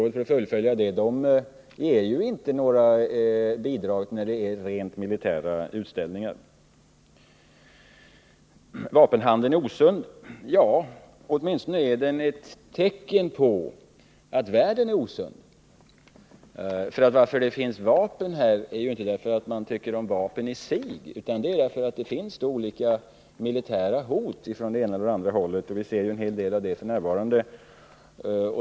Det kan tillfogas att exportrådet inte ger några bidrag för deltagande i rent militära utställningar. Vapenhandeln är osund, säger Evert Svensson. Ja, åtminstone är den ett tecken på att världen är osund. Att det förekommer vapenhandel beror ju inte på att man tycker om vapen i sig, utan det beror på att det finns militära hot från det ena eller andra hållet. Vi ser en hel del av det f. n.